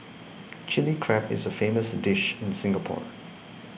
Chilli Crab is a famous dish in Singapore